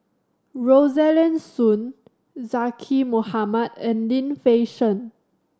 Rosaline Soon Zaqy Mohamad and Lim Fei Shen